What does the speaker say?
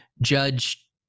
judge